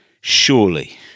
surely